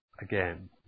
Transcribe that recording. again